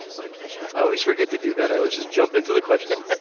my pleasure. i always forget to do that. i was just jump into the questions.